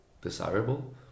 desirable